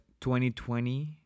2020